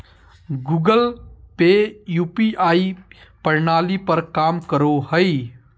Google Pay UPI प्रणाली पर काम करो हय